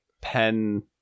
pen